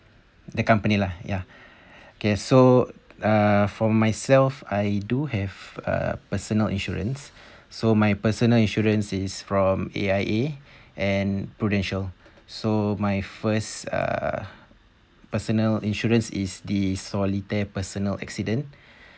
the company lah ya okay so uh for myself I do have uh personal insurance so my personal insurance is from A_I_A and prudential so my first uh personal insurance is the solitary personal accident